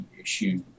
issue